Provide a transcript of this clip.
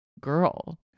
girl